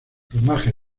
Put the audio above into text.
plumaje